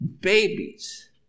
babies